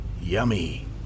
yummy